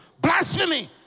Blasphemy